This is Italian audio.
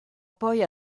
poi